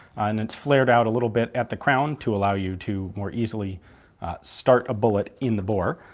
and it's flared out a little bit at the crown to allow you to more easily start a bullet in the bore.